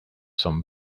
some